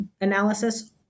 analysis